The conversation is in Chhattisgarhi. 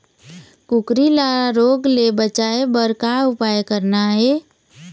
कुकरी ला रोग ले बचाए बर का उपाय करना ये?